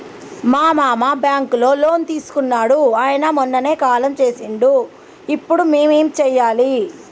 మా మామ బ్యాంక్ లో లోన్ తీసుకున్నడు అయిన మొన్ననే కాలం చేసిండు ఇప్పుడు మేం ఏం చేయాలి?